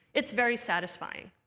it's very satisfying.